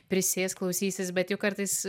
prisės klausysis bet juk kartais